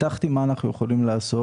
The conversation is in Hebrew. הבטחתי מה אנחנו יכולים לעשות.